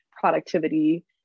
productivity